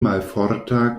malforta